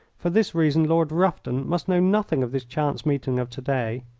for this reason lord rufton must know nothing of this chance meeting of to-day.